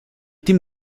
team